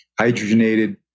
hydrogenated